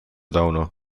tauno